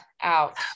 out